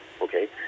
okay